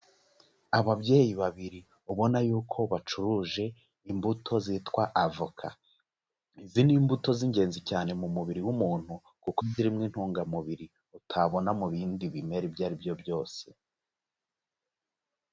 Ababyeyi babiri ubona yuko bacuruje imbuto zitwa avoka. Izi ni imbuto z'ingenzi cyane mu mubiri w'umuntu, kuko zirimo intungamubiri utabona mu bindi bimera ibyo ari byo byose.